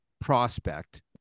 prospect